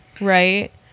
right